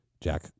Jack